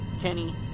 Kenny